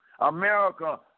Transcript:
America